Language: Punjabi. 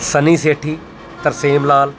ਸਨੀ ਸੇਠੀ ਤਰਸੇਮ ਲਾਲ